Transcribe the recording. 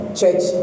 church